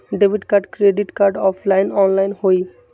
Debit card credit card offline online होई?